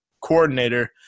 coordinator